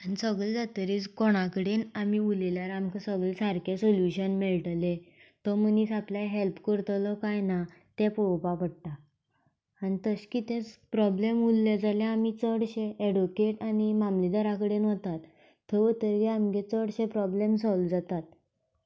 आनी सगळें जातकच कोणा कडेन आमी उलयल्यार आमकां सगळें सारकें सॉल्युशन मेळटलें तो मनीस आपल्याक हॅल्प करतलो काय ना तें पळोवपाक पडटा आनी तशें कितेंच प्रॉबलम उरले जाल्यार आमी चडशे एडवोकेट आनी मामलेदारा कडेन वतात थंय तरी आमगे चडशे प्रॉबलम सॉल्व जातात